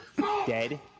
Dead